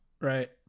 Right